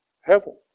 heaven